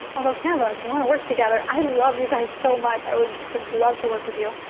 although canva, if you wanna work together, i love you guys so much. i would just love to work with you.